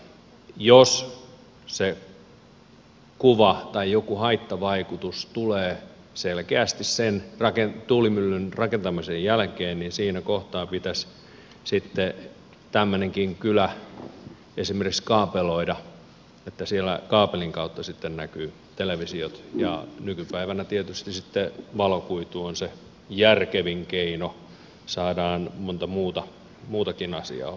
jos se kuva tai joku haittavaikutus tulee selkeästi sen tuulimyllyn rakentamisen jälkeen niin siinä kohtaa pitäisi sitten tämmöinenkin kylä esimerkiksi kaapeloida että siellä kaapelin kautta sitten näkyy televisiot ja nykypäivänä tietysti sitten valokuitu on se järkevin keino saadaan monta muutakin asiaa hoidettua